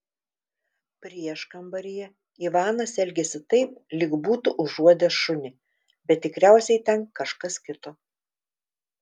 prieškambaryje ivanas elgėsi taip lyg būtų užuodęs šunį bet tikriausiai ten kažkas kito